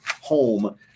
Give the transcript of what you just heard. home